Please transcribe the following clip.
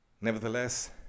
nevertheless